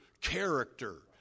character